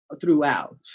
throughout